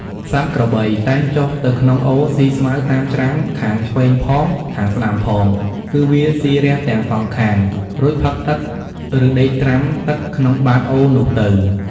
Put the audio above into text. សត្វក្របី តែងចុះទៅក្នុងអូរស៊ីស្មៅតាមច្រាំងខាងឆ្វេងផង ខាងស្ដាំផង គឺវាស៊ីរះទាំងសងខាង រួចផឹកទឹក ឬដេកត្រាំទឹកក្នុងបាតអូរនោះទៅ ។